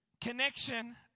Connection